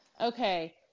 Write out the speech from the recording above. Okay